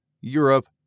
Europe